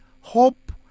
Hope